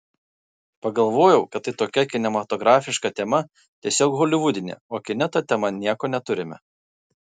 pagalvojau kad tai tokia kinematografiška tema tiesiog holivudinė o kine ta tema nieko neturime